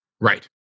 Right